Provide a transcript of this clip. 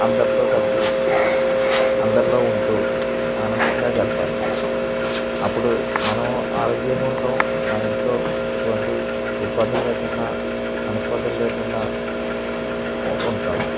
అందరితో కలిసి అందరిలో ఉంటూ ఆనందంగా గడపాలి అప్పుడు మనము ఆరోగ్యంగా ఉంటాము మన ఇంట్లో ఎటువంటి ఇబ్బందులు లేకుండా మనస్పర్థలు లేకుండా ఉంటాము